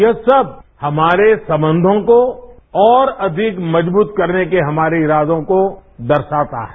ये सब हमारे संबंधों को और अधिक मजबूत करने के हमारे इरादों को दर्शाता है